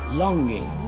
longing